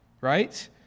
Right